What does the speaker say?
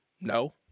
No